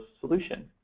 solution